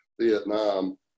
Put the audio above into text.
Vietnam